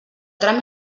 tram